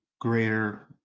greater